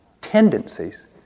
tendencies